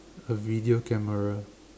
a video camera